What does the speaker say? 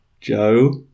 Joe